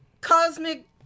Cosmic